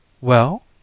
Well